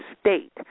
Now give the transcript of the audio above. State